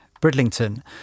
Bridlington